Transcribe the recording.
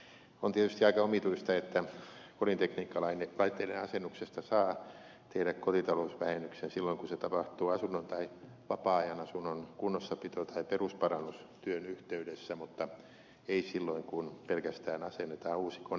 on tietysti aika omituista että kodintekniikkalaitteiden asennuksesta saa tehdä kotitalousvähennyksen silloin kun se tapahtuu asunnon tai vapaa ajan asunnon kunnossapito tai perusparannustyön yhteydessä mutta ei silloin kun pelkästään asennetaan uusi kone tai laite